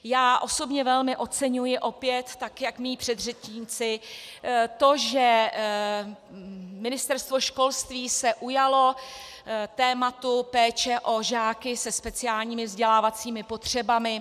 Já osobně velmi oceňuji opět, tak jako moji předřečníci, to, že Ministerstvo školství se ujalo tématu péče o žáky se speciálními vzdělávacími potřebami.